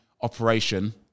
operation